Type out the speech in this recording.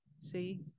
see